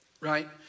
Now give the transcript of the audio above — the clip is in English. right